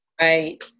Right